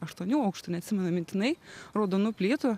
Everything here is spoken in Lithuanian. aštuonių aukštų neatsimenu mintinai raudonų plytų